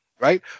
right